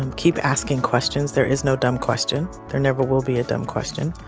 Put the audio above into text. and keep asking questions. there is no dumb question. there never will be a dumb question.